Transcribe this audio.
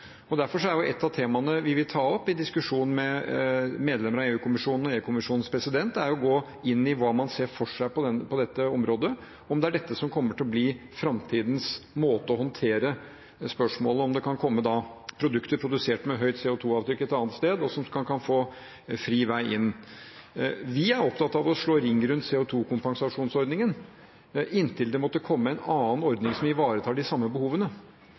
Derfor er et av temaene vi vil ta opp i diskusjon med medlemmer av EU-kommisjonen og EU-kommisjonens president, det å gå inn i hva man ser for seg på dette området, om det er dette som kommer til å bli framtidens måte å håndtere spørsmålet på, om det kan komme produkter produsert med høyt CO 2 -avtrykk et annet sted, og som kan få fri vei inn. Vi er opptatt av å slå ring rundt CO 2 -kompensasjonsordningen inntil det måtte komme en annen ordning som ivaretar de samme behovene.